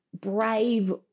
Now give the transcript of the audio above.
brave